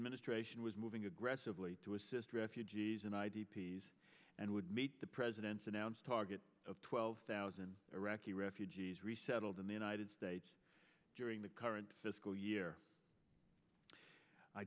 administration was moving aggressively to assist refugees and i d p s and would meet the president's announced target of twelve thousand iraqi refugees resettled in the united states during the current fiscal year i